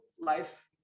life